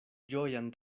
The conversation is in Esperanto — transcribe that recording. ĝojan